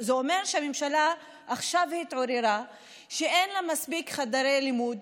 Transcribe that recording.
זה אומר שהממשלה עכשיו התעוררה על כך שאין לה מספיק חדרי לימוד